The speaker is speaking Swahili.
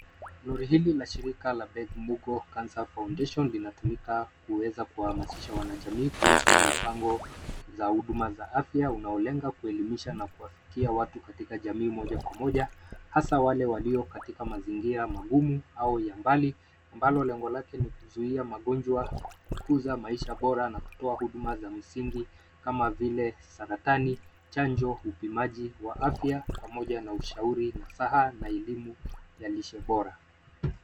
Nyaraka hii na shirika la Labeg Mugo Cancer Foundation inalenga kuhamasisha wanajamii kuhusu mipango ya huduma za afya. Lengo kuu ni kuelimisha na kuwafikia watu moja kwa moja katika jamii, hasa wale walioko katika mazingira magumu au yaliyo pembezoni. Kipaumbele cha shirika ni kuzuia magonjwa, kukuza maisha bora, na kutoa huduma za msingi kama vile uchunguzi wa saratani, chanjo, upimaji wa afya, ushauri nasaha, na elimu kuhusu lishe bora.